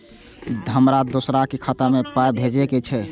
हमरा दोसराक खाता मे पाय भेजे के छै?